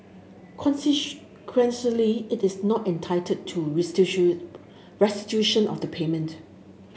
it is not entitled to restitution of the payment